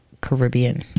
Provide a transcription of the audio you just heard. Caribbean